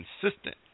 consistent